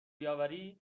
بیاوری